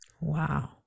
Wow